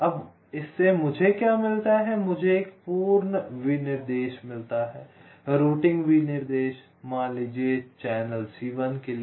अब इससे मुझे क्या मिलता है मुझे एक पूर्ण विनिर्देश मिलता है रूटिंग विनिर्देश मान लीजिए चैनल C1 के लिए